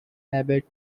habit